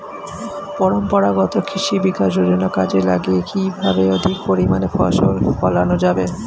পরম্পরাগত কৃষি বিকাশ যোজনা কাজে লাগিয়ে কিভাবে অধিক পরিমাণে ফসল ফলানো যাবে?